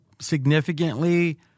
significantly